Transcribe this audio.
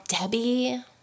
Debbie